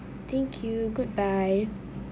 thank you goodbye